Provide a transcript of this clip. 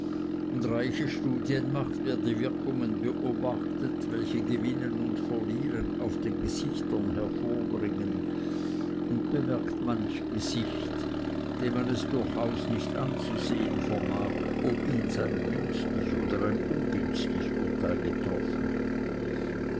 und reiche studien macht wer die wirkungen beobachtet welche gewinnen und verlieren auf den gesichtern hervorbringen und bemerkt manch gesicht dem man es durchaus nicht anzusehen vermag ob ihns ein günstig oder ungünstig urteil getroffen